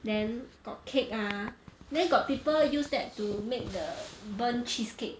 then got cake ah then got people use that to make the burnt cheesecake